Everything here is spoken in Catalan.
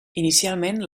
inicialment